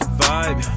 vibe